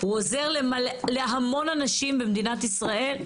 והוא עוזר להמון אנשים במדינת ישראל.